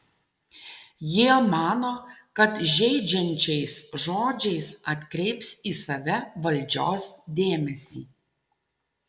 jie mano kad žeidžiančiais žodžiais atkreips į save valdžios dėmesį